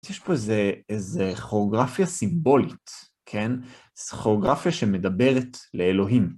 יש פה איזה כוריאוגרפיה סימבולית, כן? איזה כוריאוגרפיה שמדברת לאלוהים.